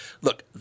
look